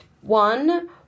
one